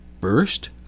burst